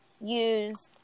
use